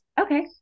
Okay